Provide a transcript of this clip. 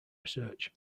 research